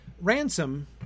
Ransom